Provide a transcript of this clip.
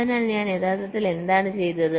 അതിനാൽ ഞാൻ യഥാർത്ഥത്തിൽ എന്താണ് ചെയ്തത്